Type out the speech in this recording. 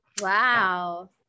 wow